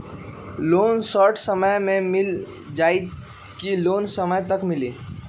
Loan short समय मे मिल जाएत कि लोन समय तक मिली?